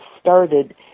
started